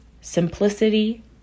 simplicity